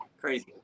Crazy